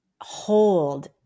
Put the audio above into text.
hold